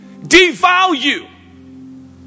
devalue